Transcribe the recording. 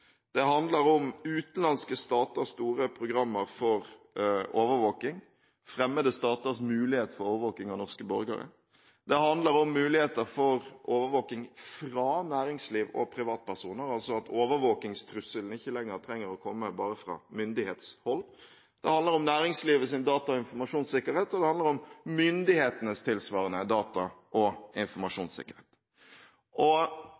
Det handler om utenlandske staters store programmer for overvåking, fremmede staters mulighet for overvåking av norske borgere. Det handler om muligheter for overvåking fra næringsliv og privatpersoner, altså at overvåkingstrusselen ikke lenger trenger å komme bare fra myndighetshold. Det handler om næringslivets data- og informasjonssikkerhet, og det handler om myndighetenes tilsvarende data- og